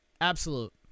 Absolute